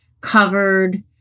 covered